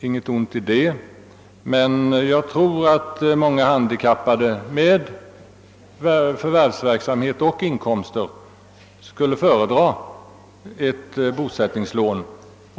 Inget ont i det, men jag tror att många handikappade med förvärvsarbete och inkomster skulle föredra ett bosättningslån.